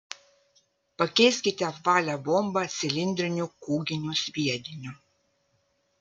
pakeiskite apvalią bombą cilindriniu kūginiu sviediniu